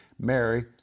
Mary